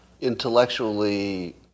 intellectually